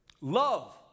Love